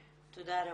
תודה.